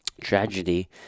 tragedy